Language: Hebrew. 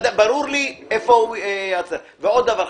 ועוד דבר.